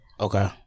Okay